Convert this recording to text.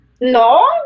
no